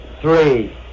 three